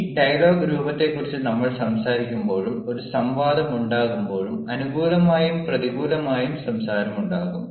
ഈ ഡയലോഗ് രൂപത്തെക്കുറിച്ച് നമ്മൾ സംസാരിക്കുമ്പോഴും ഒരു സംവാദമുണ്ടാകുമ്പോഴും അനുകൂലമായും പ്രതികൂലമായും സംസാരം ഉണ്ടാവും